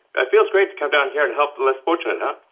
it feels great to come down here and help the less fortunate, huh?